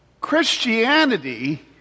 Christianity